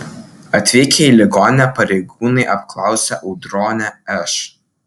atvykę į ligoninę pareigūnai apklausė audronę š